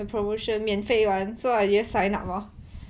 and promotion 免费 [one] so I just sign up lor